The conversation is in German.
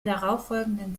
darauffolgenden